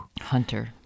Hunter